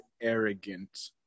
arrogant